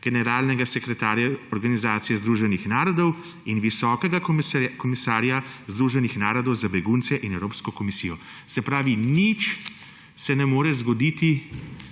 generalnega sekretarja Organizacije združenih narodov in visokega komisarja Združenih narodov za begunce in Evropsko komisijo. Se pravi, nič se ne more zgoditi